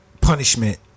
punishment